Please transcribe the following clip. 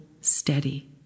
steady